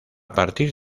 partir